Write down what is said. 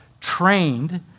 Trained